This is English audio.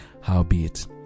Howbeit